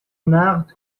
نقد